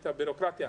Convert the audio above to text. את הבירוקרטיה,